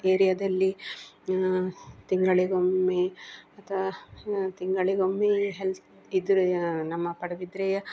ಏರಿಯಾದಲ್ಲಿ ತಿಂಗಳಿಗೊಮ್ಮೆ ಅಥವಾ ತಿಂಗಳಿಗೊಮ್ಮೆಯೇ ಹೆಲ್ತ್ ಬಿದ್ದರೆ ನಮ್ಮ ಪಡುಬಿದ್ರೆಯ